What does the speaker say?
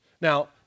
Now